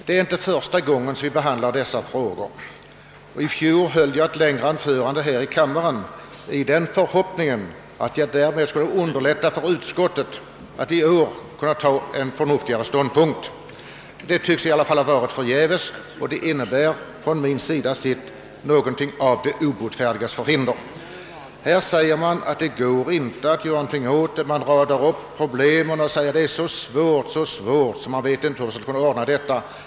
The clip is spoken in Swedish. Det är inte första gången vi behandlar de frågor som det där gäller. I fjol höll jag här i kammaren ett längre anförande, i tron att därmed kunna underlätta för utskottet att i år inta en mera förnuftig ståndpunkt. Det var tydligen en fåfäng förhoppning. Det förefaller mig som om utskottets argumentering är något av de obotfärdigas förhinder. Utskottet skriver att det inte går att göra någonting åt den sak som motionärerna påtalat, och utskottet radar upp olika problem och framhåller att man inte kan se hur dessa skall kunna lösas.